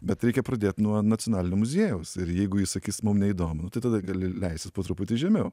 bet reikia pradėt nuo nacionalinio muziejaus ir jeigu jis sakys mum neįdomu tai tada gali leistis po truputį žemiau